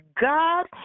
God